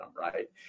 right